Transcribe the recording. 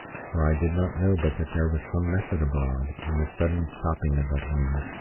for i did not know but that there was some method abroad, in the sudden stopping of that wind,